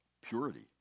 purity